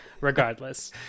regardless